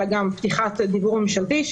אלא גם פתיחת דיוור ממשלתי,